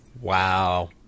Wow